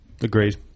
Agreed